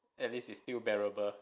at least it's still bearable